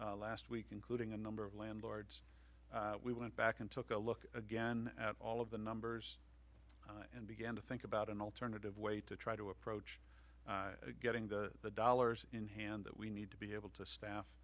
audience last week including a number of landlords we went back and took a look again at all of the numbers and began to think about an alternative way to try to approach getting the dollars in hand that we need to be able to staff